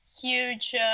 huge